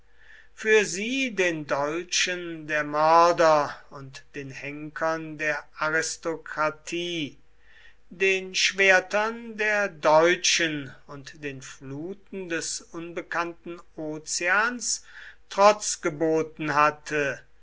für sie den dolchen der mörder und den henkern der aristokratie den schwertern der deutschen und den fluten des unbekannten ozeans trotz geboten hatte